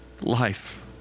life